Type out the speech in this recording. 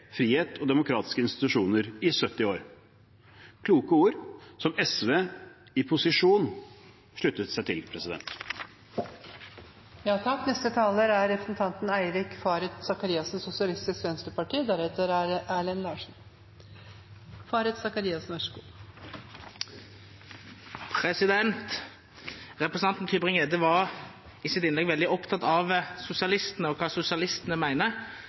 frihet og demokratiske institusjoner i 70 år – kloke ord, som SV i posisjon sluttet seg til. Representanten Tybring-Gjedde var i sitt innlegg veldig opptatt av sosialistene og hva sosialistene